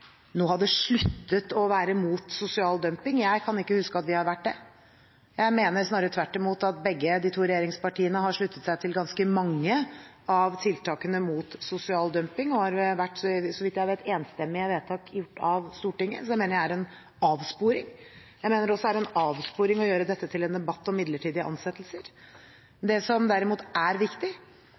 nå har sluttet å være mot sosial dumping. Jeg kan ikke huske at vi har vært det. Jeg mener snarere tvert imot at begge de to regjeringspartiene har sluttet seg til ganske mange av tiltakene mot sosial dumping, og det har, så vidt jeg vet, vært gjort enstemmige vedtak av Stortinget. Så det mener jeg er en avsporing. Jeg mener det også er en avsporing å gjøre dette til en debatt om midlertidige ansettelser. Det som derimot er viktig,